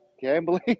gambling